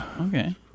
Okay